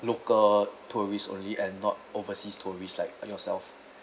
local tourist only and not oversea tourist like yourself